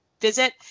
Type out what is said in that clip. visit